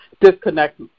disconnect